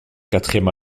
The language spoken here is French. quatrième